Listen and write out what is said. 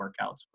workouts